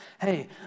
Hey